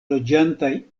loĝantaj